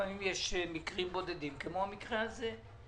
לפעמים יש מקרים בודדים, כמו המקרה הזה.